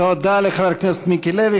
תודה לחבר הכנסת מיקי לוי.